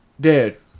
Dude